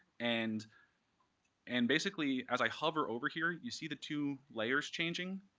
and and basically, as i hover over here, you see the two layers changing?